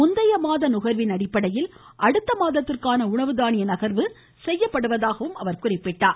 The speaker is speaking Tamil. முந்தைய மாத நுகர்வின் அடிப்படையில் அடுத்த மாதத்திற்கான உணவு தானிய நகர்வு செய்யப்படுவதாக குறிப்பிட்டார்